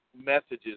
messages